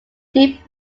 deep